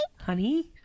Honey